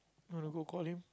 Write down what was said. wanna go call him